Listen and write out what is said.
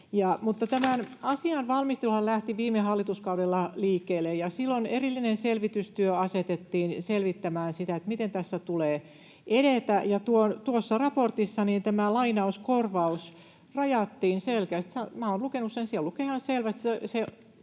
tämän asian valmisteluhan lähti viime hallituskaudella liikkeelle, ja silloin erillinen selvitystyö asetettiin selvittämään sitä, miten tässä tulee edetä, ja tuossa raportissa tämä lainauskorvaus rajattiin selkeästi.